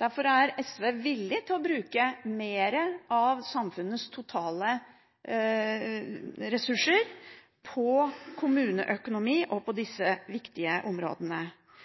Derfor er SV villig til å bruke mer av samfunnets totale ressurser på kommuneøkonomi og på disse viktige områdene.